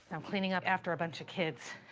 i'm cleaning up after a bunch of kids.